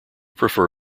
prefer